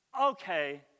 Okay